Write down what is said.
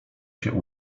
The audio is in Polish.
się